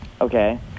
Okay